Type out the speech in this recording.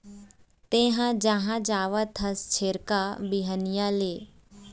तेंहा कहाँ जावत हस छेरका, बिहनिया ले?